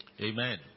Amen